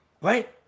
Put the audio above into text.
Right